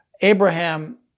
Abraham